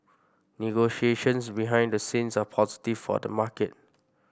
negotiations behind the scenes are positive for the market